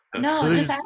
No